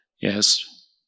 Yes